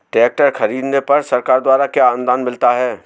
Tractor खरीदने पर सरकार द्वारा क्या अनुदान मिलता है?